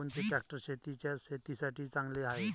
कोनचे ट्रॅक्टर शेतीसाठी चांगले हाये?